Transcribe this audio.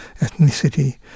ethnicity